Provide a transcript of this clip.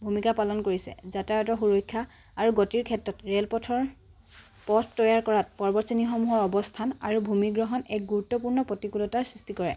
ভূমিকা পালন কৰিছে যাতায়াতৰ সুৰক্ষা আৰু গতিৰ ক্ষেত্ৰত ৰে'লপথৰ পথ তৈয়াৰ কৰাত পৰ্বতশ্ৰেণীসমূহে অৱস্থান আৰু ভূমিগ্ৰহণ এক গুৰুত্বপূৰ্ণ প্ৰতিকূলতাৰ সৃষ্টি কৰে